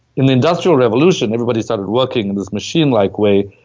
in the industrial revolution everybody started working in this machine-like way,